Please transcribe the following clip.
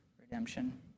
redemption